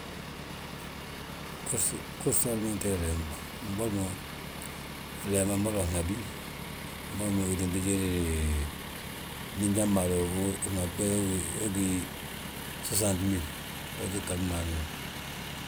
flee ma mboli ma nhabi mboli mo wii tinto jédi, njan malu we gí gbooti ghabi maalu ma.